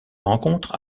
rencontrent